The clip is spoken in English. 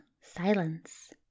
silence